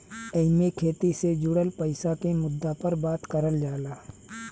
एईमे खेती से जुड़ल पईसा के मुद्दा पर बात करल जाला